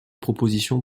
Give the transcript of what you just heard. propositions